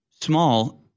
small—